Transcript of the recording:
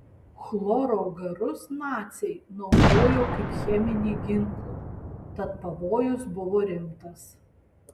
chloro garus naciai naudojo kaip cheminį ginklą tad pavojus buvo rimtas